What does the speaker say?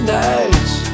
nights